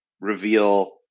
reveal